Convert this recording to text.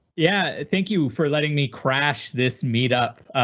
yeah, thank you for letting me crash this meet up.